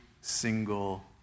single